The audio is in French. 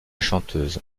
chanteuse